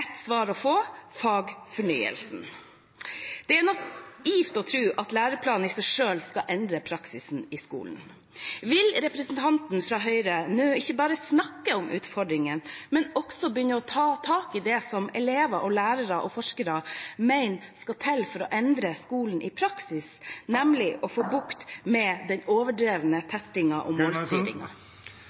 ett svar å få: fagfornyelsen. Det er naivt å tro at læreplanen i seg selv skal endre praksisen i skolen. Vil representanten fra Høyre ikke bare snakke om utfordringen, men også begynne å ta tak i det som elever, lærere og forskere mener skal til for å endre skolen i praksis, nemlig å få bukt med den overdrevne